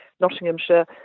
Nottinghamshire